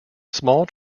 small